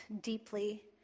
deeply